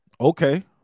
Okay